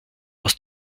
aus